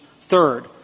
Third